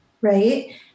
Right